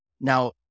Now